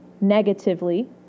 negatively